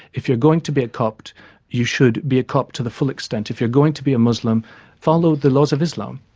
if you're going to be a copt you should be a copt to the full extent. if you're going to be a muslim follow the laws of islam.